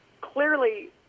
Clearly